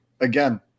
again